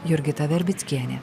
jurgita verbickienė